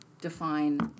define